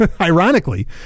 ironically